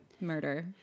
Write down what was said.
murder